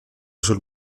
sul